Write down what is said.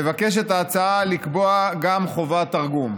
מבקשת ההצעה לקבוע גם חובת תרגום.